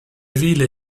ville